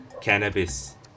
Cannabis